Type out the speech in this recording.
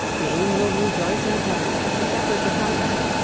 the angels rejoice in heaven as the shepherds upon earth,